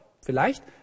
Vielleicht